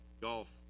golf